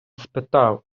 спитав